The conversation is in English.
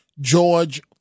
George